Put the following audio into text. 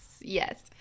yes